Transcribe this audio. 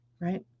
right